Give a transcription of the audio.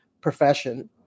profession